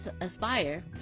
Aspire